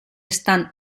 están